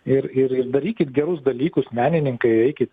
ir ir ir darykit gerus dalykus menininkai eikit